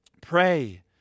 Pray